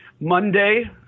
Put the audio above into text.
Monday